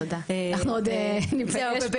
תודה, אנחנו עוד נפגש פה בטח.